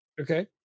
okay